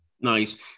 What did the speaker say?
Nice